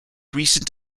recent